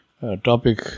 topic